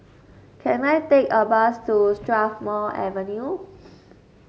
can I take a bus to Strathmore Avenue